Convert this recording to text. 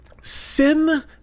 Sin